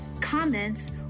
comments